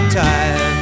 time